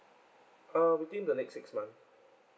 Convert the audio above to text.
um within the next six month